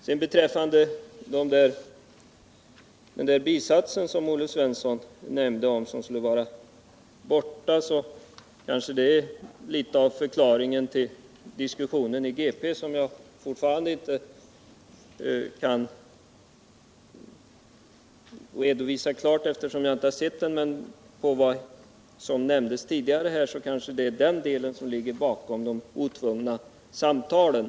Den bisats som skulle ha försvunnit och som Olle Svensson hänvisade till kanske ger förklaringen till diskussionen i GP, som jag fortfarande inte kan redovisa klart eftersom jag inte tagit delav den. Men av vad som nämndes här tidigare kan man kanske dra slutsatsen att det är detta som ligger bakom de otvungna samtalen.